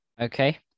Okay